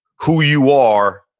who you are,